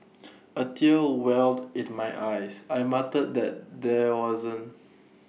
A tears welled IT my eyes I muttered that there wasn't